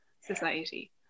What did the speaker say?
society